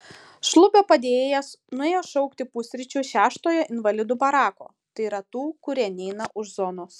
šlubio padėjėjas nuėjo šaukti pusryčių šeštojo invalidų barako tai yra tų kurie neina už zonos